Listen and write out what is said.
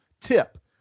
tip